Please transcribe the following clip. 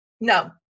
no